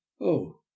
Oh